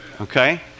Okay